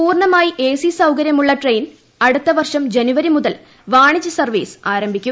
പൂർണമായി A C സൌകര്യമുള്ള train അടുത്ത വർഷം ജനുവരി മുതൽ വാണിജ്യ സർവീസ് ആരംഭിക്കും